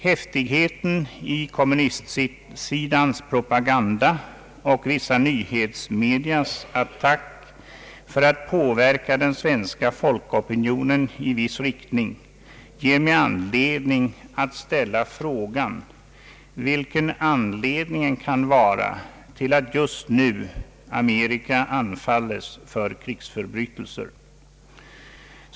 Häftigheten i kommunistsidans propaganda och vissa nyhetsmedias attack för att påverka den svenska folkopinionen i viss riktning föranleder mig att ställa frågan: Vilken kan anledningen vara till att Amerika just nu anklagas för krigsförbrytelser?